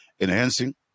enhancing